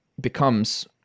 becomes